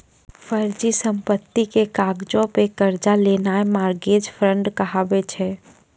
फर्जी संपत्ति के कागजो पे कर्जा लेनाय मार्गेज फ्राड कहाबै छै